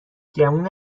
گمونم